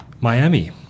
Miami